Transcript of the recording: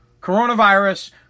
Coronavirus